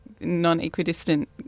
non-equidistant